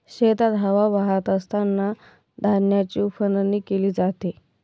शेतात हवा वाहत असतांना धान्याची उफणणी केली जाते